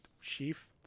sheaf